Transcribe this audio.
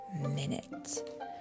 minute